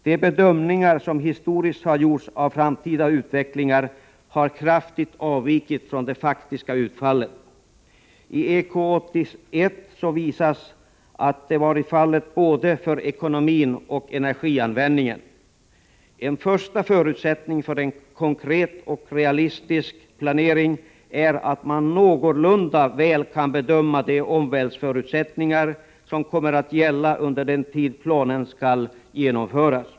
De bedömningar som historiskt har gjorts av framtida utvecklingar har kraftigt avvikit från det faktiska utfallet. I EK 81 visas att detta varit fallet både för ekonomin och för energianvändningen. En första förutsättning för en konkret och realistisk planering är att man någorlunda väl kan bedöma de omvärldsförutsättningar som kommer att gälla under den tid planen skall genomföras.